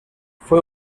fue